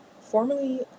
formerly